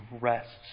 rests